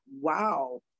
wow